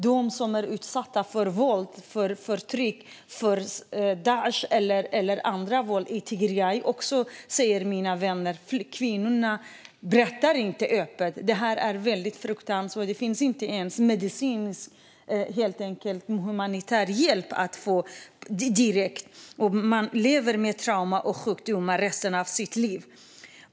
De kvinnor som varit utsatta för våld och förtryck från Daish eller andra i Tigray - det säger också mina vänner - berättar inte öppet om det. Detta är fruktansvärt. Det finns inte ens medicinsk eller humanitär hjälp att få. Man lever med trauma och sjukdomar resten av sitt liv.